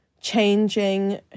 changing